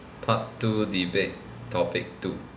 part two debate topic two